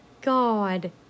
God